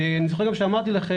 ואני זוכר שאמרתי לכם,